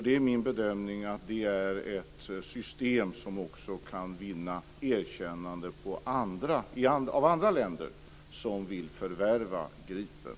Det är min bedömning att det är ett system som också kan vinna erkännande av andra länder som vill förvärva Gripen.